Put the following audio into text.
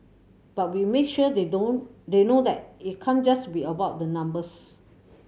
but we make sure they know they know that it can't just be about the numbers